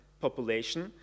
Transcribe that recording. population